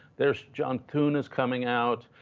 there's john thune is coming out.